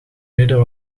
midden